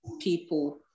people